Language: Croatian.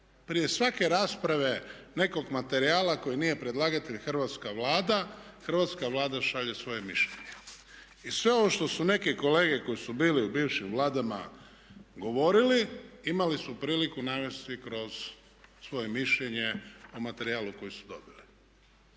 Prije svake rasprave nekog materijala koji nije predlagatelj hrvatska Vlada, hrvatska Vlada šalje svoje mišljenje. I sve ovo što su neke kolege koji su bili u bivšim vladama govorili imali su priliku navesti kroz svoje mišljenje o materijalu koji su dobili.